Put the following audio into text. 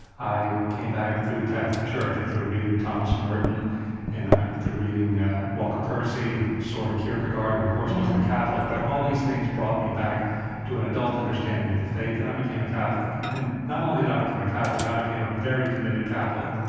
i came back through the catholic church and through reading thomas merton and through reading walker percy and soren kierkegaard, who, of course, wasn't a catholic. but all these things brought me back to an adult understanding of the faith, and i became a catholic. and not only did i become a catholic, i became a very committed catholic.